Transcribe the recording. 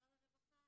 משרד הרווחה.